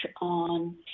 on